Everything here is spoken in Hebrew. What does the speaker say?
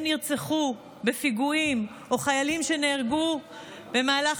נרצחו בפיגועים או חיילים שנהרגו במהלך